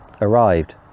arrived